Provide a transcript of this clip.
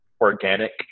organic